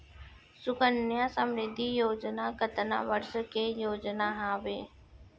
सुकन्या समृद्धि योजना कतना वर्ष के योजना हावे?